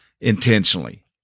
intentionally